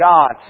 God